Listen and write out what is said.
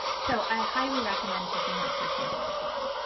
so i highly recommend checking out her channel as well.